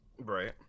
Right